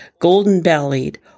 golden-bellied